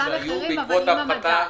אבל בשינויי מדד.